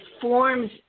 forms